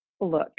look